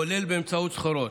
כולל באמצעות סחורות.